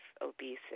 obesity